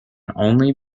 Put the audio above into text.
only